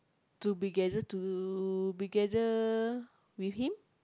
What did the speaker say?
to be together to together with him